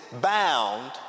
bound